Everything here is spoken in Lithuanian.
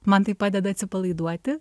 man tai padeda atsipalaiduoti